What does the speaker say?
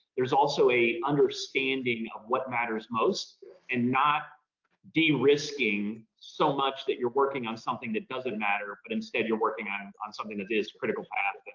there's also a understanding matters most and not derisking so much that you're working on something that doesn't matter. but instead you're working on on something that is critical.